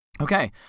Okay